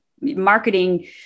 marketing